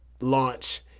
launch